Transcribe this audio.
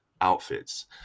outfits